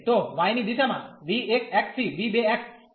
તો y ની દિશામાં v1 થી v2